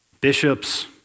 bishops